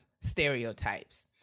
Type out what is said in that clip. stereotypes